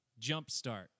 Jumpstart